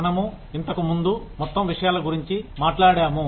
మనము ఇంతకు ముందు మొత్తం విషయాల గురించి మాట్లాడాము